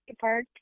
Park